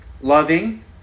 loving